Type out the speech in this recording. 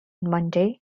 monday